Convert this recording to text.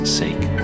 sake